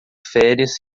férias